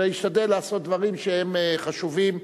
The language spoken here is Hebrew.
ולהשתדל לעשות דברים שהם חשובים,